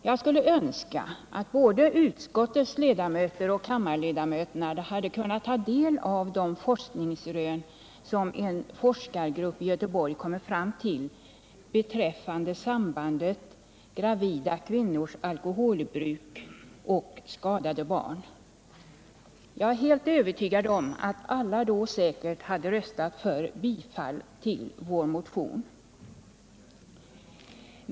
Jag skulle önska att både utskottets ledamöter och kammarledamöterna kunnat ta del av de forskningsrön som en forskargrupp i Göteborg kommit fram till beträffande sambandet mellan gravida kvinnors alkoholbruk och skadade barn. Jag är helt övertygad om att alla då hade röstat för bifall till vår motion.